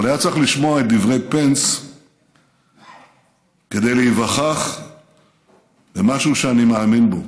אבל היה צריך לשמוע דברי פנס כדי להיווכח במשהו שאני מאמין בו: